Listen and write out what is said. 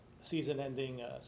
season-ending